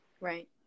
Right